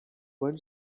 when